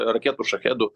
raketų šahedų